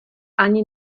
ani